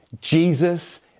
Jesus